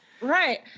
Right